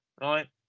right